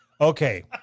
Okay